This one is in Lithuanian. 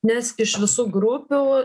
nes iš visų grupių